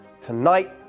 Tonight